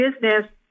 business